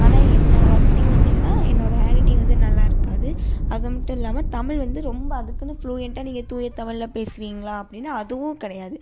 ஆனால் என்ன one thing வந்து என்னென்னா என்னோடய ஹேண்ட் ரைட்டிங் வந்து நல்லா இருக்காது அது மட்டும் இல்லாமல் தமிழ் வந்து ரொம்ப அதுக்குன்னு ஃப்ளூயன்ட்டாக நீங்கள் தூய தமிழ்ல பேசுவீங்களா அப்படின்னா அதுவும் கிடையாது